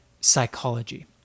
psychology